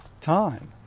time